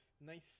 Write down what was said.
nice